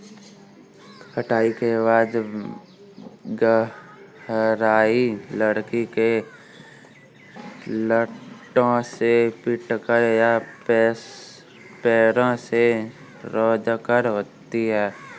कटाई के बाद गहराई लकड़ी के लट्ठों से पीटकर या पैरों से रौंदकर होती है